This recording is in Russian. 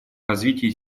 развитии